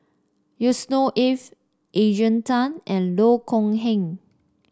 Yusnor Ef Adrian Tan and Loh Kok Heng